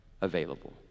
available